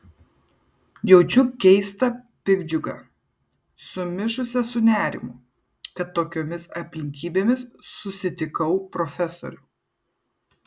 jaučiu keistą piktdžiugą sumišusią su nerimu kad tokiomis aplinkybėmis susitikau profesorių